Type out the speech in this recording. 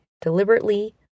deliberately